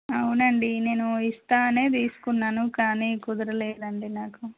అవునండి నేను ఇస్తానే తీసుకున్నాను కానీ కుదరాలేదు అండి నాకు